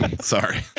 sorry